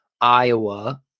Iowa